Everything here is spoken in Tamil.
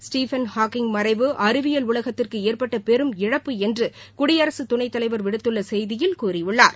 ஸ்டீபன் ஹாக்கிங் மறைவு அறிவியல் உலகத்திற்கு ஏற்பட்ட பெரும் இழப்புஎன்று குடியரசுத் துணைத் தலைவர் விடுத்துள்ள செய்தியில் கூறியுள்ளார்